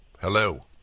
hello